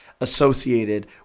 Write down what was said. associated